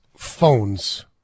Phones